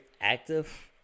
active